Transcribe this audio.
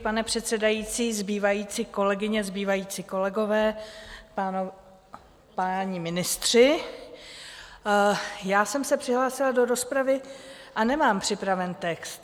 Pane předsedající, zbývající kolegyně, zbývající kolegové, páni ministři, já jsem se přihlásila do rozpravy a nemám připraven text.